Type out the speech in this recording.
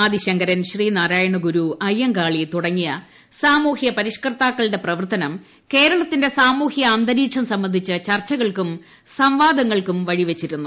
ആദിശങ്കരൻ ശ്രീനാരായണഗുരു അയ്യങ്കാളി തുടങ്ങിയ സാമൂഹ്യ പരിഷ്കർത്താക്കളുടെ പ്രവർത്തനം കേരളത്തിന്റെ സാമൂഹ്യ അന്തരീക്ഷം സംബന്ധിച്ച് ചർച്ചകൾക്കും സംവാദങ്ങൾക്കും വഴിവച്ചിരുന്നു